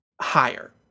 higher